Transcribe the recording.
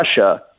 Russia